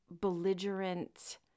belligerent